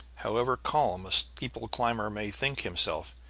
however calm a steeple-climber may think himself,